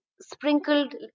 sprinkled